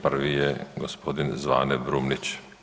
Prvi je g. Zvane Brumnić.